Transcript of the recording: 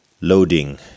loading